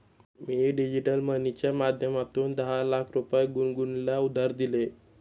मी digital मनीच्या माध्यमातून दहा लाख रुपये गुनगुनला उधार दिले